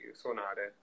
suonare